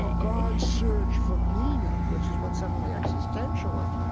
so god's search for meaning, which is what some of the existentialists,